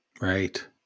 Right